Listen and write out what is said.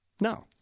no